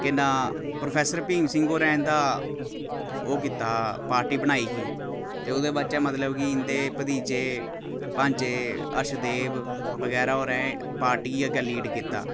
केह् नांऽ प्रोफेसर भीम सिंह होरें इं'दा ओह् कीता हा पार्टी बनाई ही ते ओह्दे बाद च मतलब कि इं'दे भतीजे भांजे हर्षदेव बगैरा होरें पार्टी गी अग्गें लीड कीता